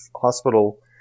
hospital